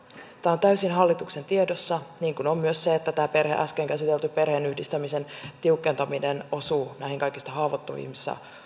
tämä on täysin hallituksen tiedossa niin kuin on myös se että tämä äsken käsitelty perheenyhdistämisen tiukentaminen osuu näihin kaikista haavoittuvimmassa